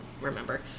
remember